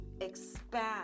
expand